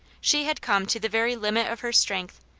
she had come to the very limit of her strength,